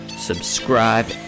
subscribe